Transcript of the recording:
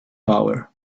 power